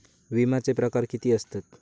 विमाचे प्रकार किती असतत?